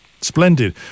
Splendid